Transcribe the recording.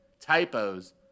typos